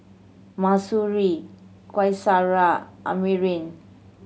Mahsuri Qaisara Amrin